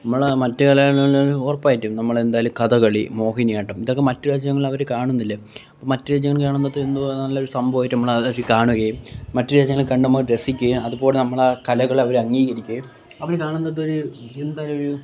നമ്മളെ മറ്റ് കലകളില് ഉറപ്പായിട്ടും നമ്മള് എന്തായാലും കഥകളി മോഹിനിയാട്ടം ഇതൊക്കെ മറ്റു രാജ്യങ്ങളില് അവര് കാണുന്നില്ല മറ്റു രാജ്യങ്ങള് കാണുമ്പോഴത്തേന് എന്തുവാണ് നല്ലൊരു സംഭവമായിട്ട് നമ്മള് അത് അവര് കാണുകയും മറ്റു രാജ്യങ്ങള് കണ്ട് രസിക്കുകയും അതുപോലെ നമ്മളെ കലകളെ അവര് അംഗീകരിക്കുകയും അവര് കാണു